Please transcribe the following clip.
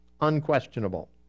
Unquestionable